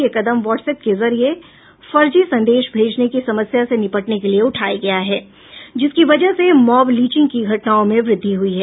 यह कदम WhatsApp के जरिये फर्जी संदेश भेजने की समस्या से निपटने के लिए उठाया गया है जिसकी वजह से मॉब लिंचिंग की घटनाओं में वृद्धि हुई है